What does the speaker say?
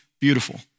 beautiful